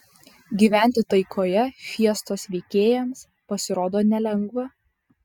gyventi taikoje fiestos veikėjams pasirodo nelengva